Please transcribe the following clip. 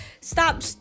stop